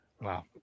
Wow